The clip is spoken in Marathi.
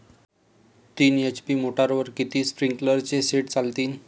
तीन एच.पी मोटरवर किती स्प्रिंकलरचे सेट चालतीन?